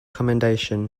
commendation